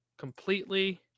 completely